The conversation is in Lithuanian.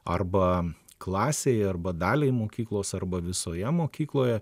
arba klasei arba daliai mokyklos arba visoje mokykloje